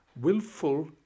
willful